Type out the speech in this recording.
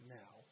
now